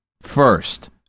first